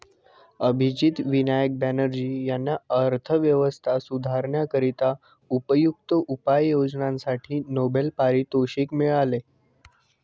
अभिजित विनायक बॅनर्जी यांना अर्थव्यवस्था सुधारण्याकरिता उपयुक्त उपाययोजनांसाठी नोबेल पारितोषिक मिळाले